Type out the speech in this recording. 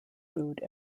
food